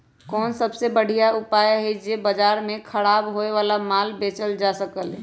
कोन सबसे बढ़िया उपाय हई जे से बाजार में खराब होये वाला माल बेचल जा सकली ह?